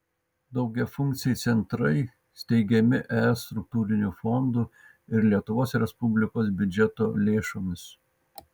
daugiafunkciai centrai steigiami es struktūrinių fondų ir lietuvos respublikos biudžeto lėšomis